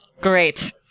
great